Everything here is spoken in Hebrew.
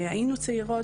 היינו צעירות,